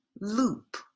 loop